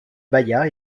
bahia